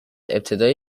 ابتدای